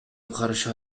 каршы